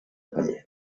paller